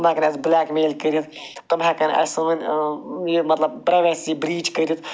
تِم ہیٚکَن اَسہِ بُلیک میل کٔرِتھ تِم ہٮ۪کَن اَسہِ سٲنٛۍ یہِ مَطلَب پرٛیوایسی برٛیٖچ کٔرِتھ